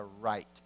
right